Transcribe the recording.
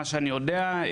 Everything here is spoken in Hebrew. מה שאני יודע,